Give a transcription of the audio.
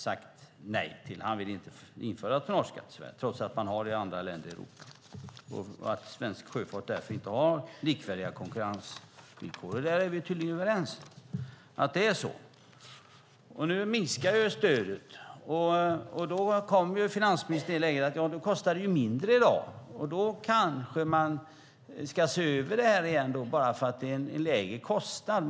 Han vill inte införa tonnageskatt i Sverige, trots att man har det i andra länder och att svensk sjöfart därför inte har likvärdiga konkurrensvillkor. Vi är tydligen överens om att det är så. Nu minskar stödet. Då kommer finansministern i det läget att det kostar mindre i dag. Då kanske man ska se över det här igen bara för att det är en lägre kostnad.